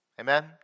amen